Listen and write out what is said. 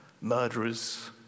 murderers